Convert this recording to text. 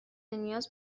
نیاز